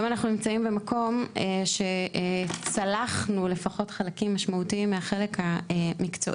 והיום אנחנו נמצאים במקום שצלחנו לפחות חלקים משמעותיים מהחלק המקצועי.